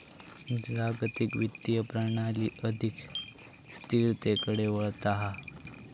जागतिक वित्तीय प्रणाली अधिक स्थिरतेकडे वळता हा